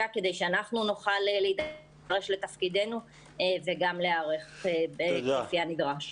כדי שאנחנו נוכל להידרש לתפקידנו וגם להיערך לפי הנדרש.